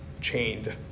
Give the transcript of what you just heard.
chained